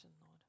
lord